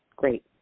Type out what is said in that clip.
Great